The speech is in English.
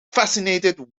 fascinated